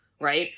right